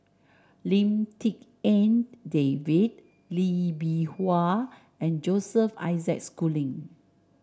Lim Tik En David Lee Bee Wah and Joseph Isaac Schooling